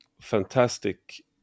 fantastic